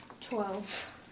Twelve